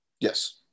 Yes